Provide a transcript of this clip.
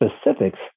specifics